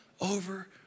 over